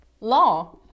law